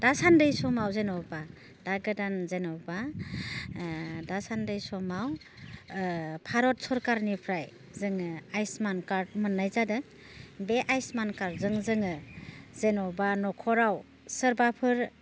दासान्दि समाव जेनोबा दा गोदान जेनोबा दासान्दि समाव भारत सकारनिफ्राइ जोङो आयुष्मान कार्ट मोन्नाय जादों बे आयुष्मान कार्टजों जोङो जेन'बा न'खराव सोरबाफोर